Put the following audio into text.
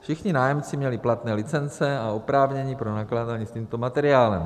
Všichni nájemci měli platné licence a oprávnění pro nakládání s tímto materiálem.